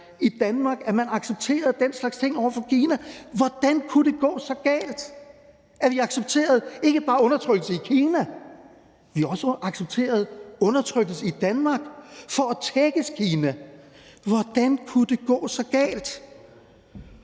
i Danmark, at man accepterede den slags ting over for Kina. Hvordan kunne det gå så galt? Vi accepterede ikke bare undertrykkelse i Kina, vi accepterede også undertrykkelse i Danmark for at tækkes Kina. Hvordan kunne det gå så galt?